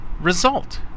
result